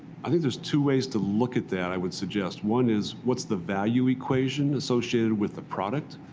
i think there's two ways to look at that i would suggest. one is, what's the value equation associated with the product?